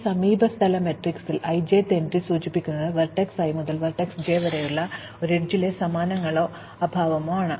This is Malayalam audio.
ഈ സമീപസ്ഥല മാട്രിക്സിൽ i j'th എൻട്രി സൂചിപ്പിക്കുന്നത് വെർട്ടെക്സ് i മുതൽ വെർട്ടെക്സ് j വരെയുള്ള ഒരു അരികിലെ സമ്മാനങ്ങളോ അഭാവമോ ആണ്